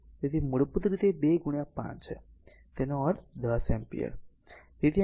તેથી મૂળભૂત રીતે 2 5 છે તેનો અર્થ 10 એમ્પીયર